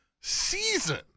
season